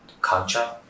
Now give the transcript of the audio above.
culture